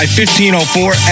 1504